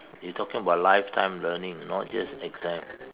you talking about lifetime learning not just exam